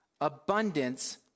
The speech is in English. Abundance